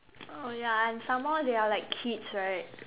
oh ya and some more they are like kids right